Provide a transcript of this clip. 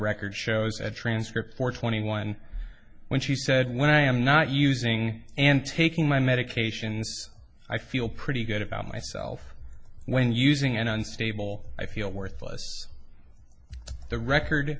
record shows a transcript for twenty one when she said when i am not using and taking my medications i feel pretty good about myself when using and unstable i feel worthless the record